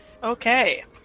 Okay